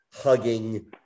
hugging